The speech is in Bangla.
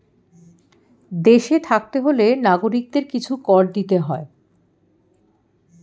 দেশে থাকতে হলে নাগরিকদের কিছু কর দিতে হয়